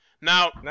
Now